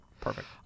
perfect